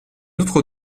autre